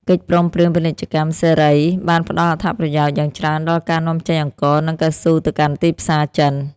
កិច្ចព្រមព្រៀងពាណិជ្ជកម្មសេរីបានផ្តល់អត្ថប្រយោជន៍យ៉ាងច្រើនដល់ការនាំចេញអង្ករ និងកៅស៊ូទៅកាន់ទីផ្សារចិន។